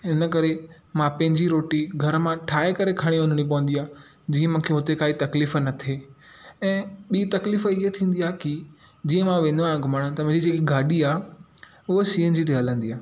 हिन करे मां पंहिंजी रोटी घर मां ठाहे करे खणी वञिणी पवंदी आहे जीअं मूंखे हुते काई तकलीफ़ न थिए ऐं ॿी तकलीफ़ इहा थींदी आहे की जीअं मां वेंदो आहियां घुमणु त मुंहिंजी गाॾी आहे उहा सी एन जी ते हलंदी आहे